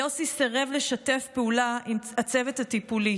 יוסי סירב לשתף פעולה עם הצוות הטיפולי